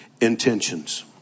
intentions